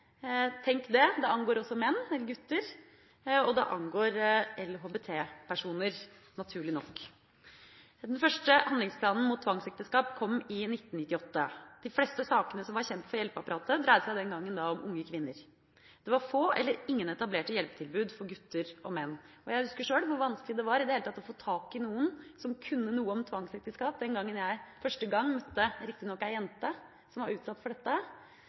Tenk det, det angår også menn eller gutter, og det angår LHBT-personer, naturlig nok. Den første handlingsplanen mot tvangsekteskap kom i 1998. De fleste sakene som var kjent for hjelpeapparatet, dreide seg den gangen om unge kvinner. Det var få eller ingen etablerte hjelpetilbud for gutter og menn. Jeg husker sjøl hvor vanskelig det var i det hele tatt å få tak i noen som kunne noe om tvangsekteskap den gangen jeg første gang møtte en jente – riktignok – som var utsatt for dette,